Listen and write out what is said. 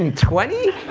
and twenty,